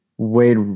Wade